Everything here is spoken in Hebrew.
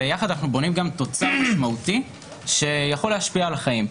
יחד אנו בונים תוצר משמעותי שיכול להשפיע על חיים.